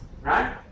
Right